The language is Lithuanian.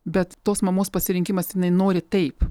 bet tos mamos pasirinkimas jinai nori taip